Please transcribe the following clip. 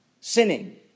sinning